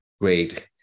great